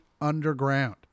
underground